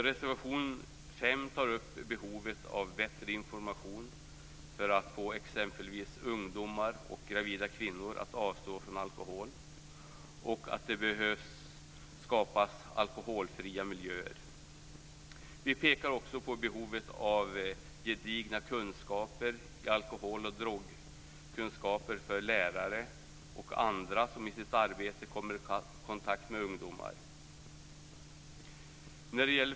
Reservation 5 tar upp behovet av bättre information för att få exempelvis ungdomar och gravida kvinnor att avstå från alkohol och att det behöver skapas alkoholfria miljöer. Vi pekar också på behovet av gedigna kunskaper om alkohol och droger för lärare och andra som i sitt arbete kommer i kontakt med ungdomar.